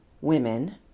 women